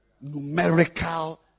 numerical